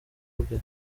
bwe